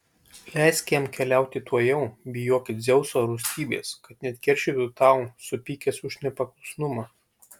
leisk jam keliauti tuojau bijoki dzeuso rūstybės kad neatkeršytų tau supykęs už nepaklusnumą